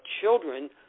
children